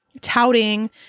touting